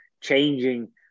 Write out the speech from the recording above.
changing